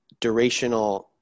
durational